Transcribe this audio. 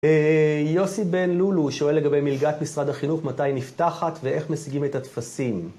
יוסי בן לולו שואל לגבי מלגת משרד החינוך, מתי נפתחת ואיך משיגים את הטפסים?